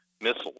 missiles